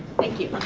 thank you.